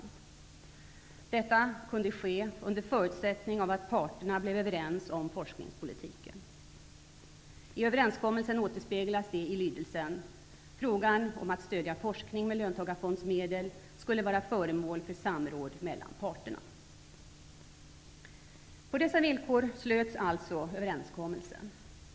Detta skulle kunna ske under förutsättning att parterna blev överens om forskningspolitiken. I överenskommelsen återspeglas detta i lydelsen: ''Frågan om att stödja forskning med löntagarfondsmedel skulle vara föremål för samråd mellan parterna''. På dessa villkor slöts alltså överenskommelsen.